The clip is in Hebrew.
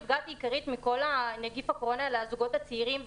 האוכלוסייה העיקרית שנפגעה מנגיף הקורונה היא הזוגות הצעירים.